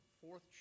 fourth